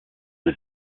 the